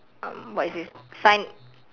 um what is this sign